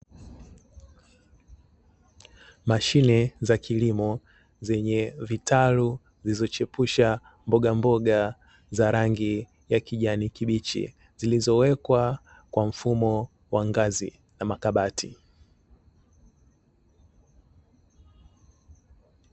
Mashine za kilimo zenye vitalu zilizochepusha mbogamboga za rangi ya kijani kibichi, zilizowekwa kwa mfano wa ngazi na makabati.